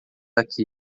aqui